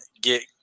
get